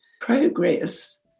progress